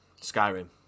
Skyrim